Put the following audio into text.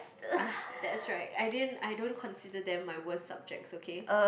ah that's right I didn't I don't consider them my worst subjects okay